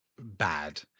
bad